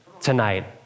tonight